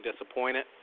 disappointed